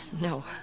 No